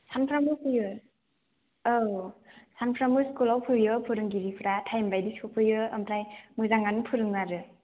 सानफ्रोमबो फैयो औ सानफ्रामबो स्कुलाव फैयो फोरोंगिरिफ्रा थाइम बायदि सफैयो ओमफ्राय मोजाङानो फोरोङो आरो